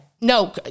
No